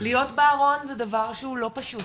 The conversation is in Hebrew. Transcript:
להיות בארון זה דבר שהוא לא פשוט,